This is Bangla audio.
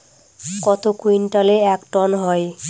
কত কুইন্টালে এক টন হয়?